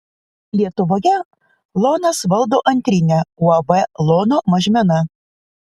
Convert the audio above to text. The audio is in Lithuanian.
lietuvoje lonas valdo antrinę uab lono mažmena